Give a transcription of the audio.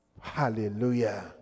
Hallelujah